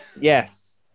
Yes